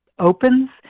opens